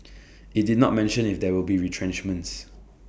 IT did not mention if there will be retrenchments